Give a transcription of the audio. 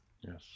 Yes